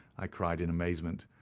i cried, in amazement,